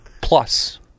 Plus